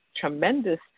tremendous